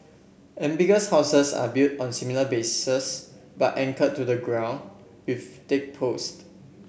amphibious houses are built on similar bases but anchored to the ground with thick post